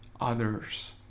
others